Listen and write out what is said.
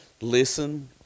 listen